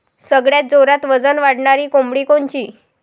सगळ्यात जोरात वजन वाढणारी कोंबडी कोनची?